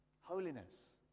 Holiness